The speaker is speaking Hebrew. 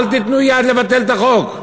אל תיתנו יד לביטול החוק,